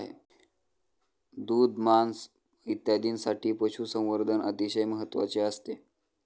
दूध, मांस इत्यादींसाठी पशुसंवर्धन अतिशय महत्त्वाचे असते